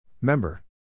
Member